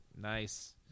nice